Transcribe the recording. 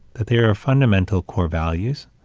that there are fundamental core values